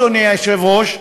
אדוני היושב-ראש,